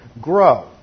grow